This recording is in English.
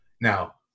now